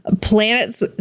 planets